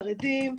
חרדים,